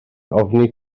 ofni